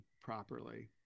properly